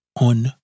on